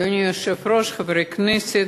אדוני היושב-ראש, חברי הכנסת,